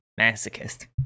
Masochist